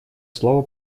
слово